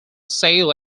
sale